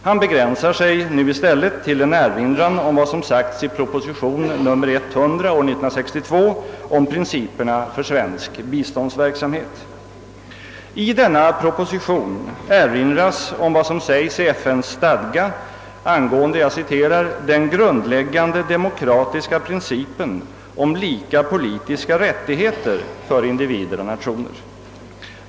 Han begränsar sig nu i stället till en erinran om vad som sagts i proposition nr 100 år 1962 om principerna för svensk biståndsverksamhet. I denna proposition erinras om vad som sägs i FN:s stadgar angående »den grundläggande demokratiska principen om lika politiska rättigheter» för individer och nationer.